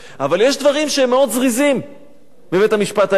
אבל יש דברים שהם מאוד זריזים בבית-המשפט העליון.